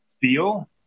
feel